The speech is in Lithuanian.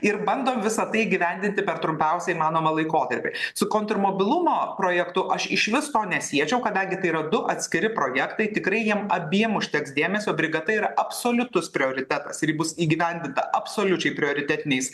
ir bandom visą tai įgyvendinti per trumpiausią įmanomą laikotarpį su kontrmobilumo projektu aš išvis to nesiečiau kadangi tai yra du atskiri projektai tikrai jiem abiem užteks dėmesio brigada yra absoliutus prioritetas ir ji bus įgyvendinta absoliučiai prioritetiniais